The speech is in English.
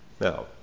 now